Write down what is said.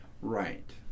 Right